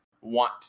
want